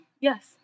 Yes